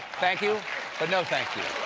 thank you but no thank you.